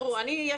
זה יפה מאוד.